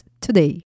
today